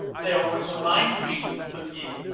they always remind me of you.